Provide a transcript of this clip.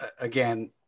again